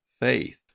faith